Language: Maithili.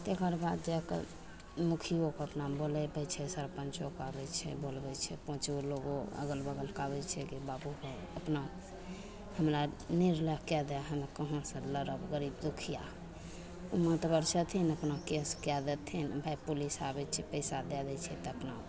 तकर बाद जाके मुखिओके अपना बोलाबै छै सरपञ्चोके आबै छै बोलाबै छै पाँच गो लोको अगल बगलके आबै छै कि बाबू रे अपना हमरा निर्णय कै दे हम कहाँसे लड़ब गरीब दुखिआ ओ मातवर छथिन अपना केस कै देथिन भाइ पुलिस आबै छै पइसा दै दै छै तऽ अपना